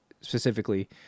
specifically